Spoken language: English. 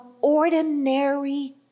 ordinary